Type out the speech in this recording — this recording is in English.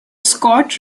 scott